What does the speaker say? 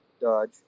Dodge